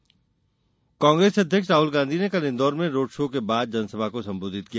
राहुल गांधी कांग्रेस अध्यक्ष राहुल गांधी ने कल इन्दौर में रोड शो के बाद जनसभा को संबोधित किया